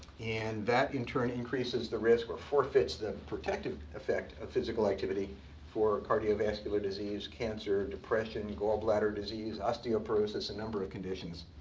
and that, in turn, increases the risk or forfeits the protective effect of physical activity for cardiovascular disease, cancer, depression, gallbladder disease, osteoporosis, a number of conditions.